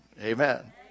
Amen